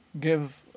give